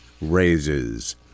raises